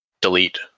delete